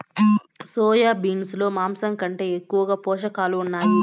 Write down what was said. soya beans లో మాంసం కంటే ఎక్కువగా పోషకాలు ఉన్నాయి